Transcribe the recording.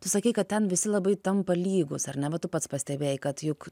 tu sakei kad ten visi labai tampa lygūs ar ne va tu pats pastebėjai kad juk